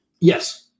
Yes